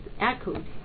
echoed